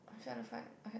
I was trying to find I had